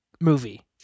movie